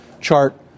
chart